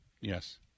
Yes